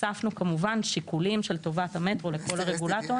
הוספנו כמובן שיקולים של טובת המטרו לכל הרגולטורים.